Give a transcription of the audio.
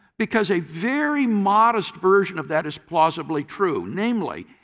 because a very modest version of that is plausibly true namely,